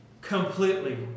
Completely